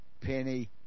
penny